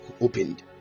opened